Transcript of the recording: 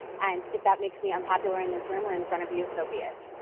and if that makes me unpopular in this room or in front of you, so be it.